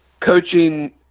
coaching